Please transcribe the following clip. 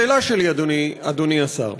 השאלה שלי, אדוני השר: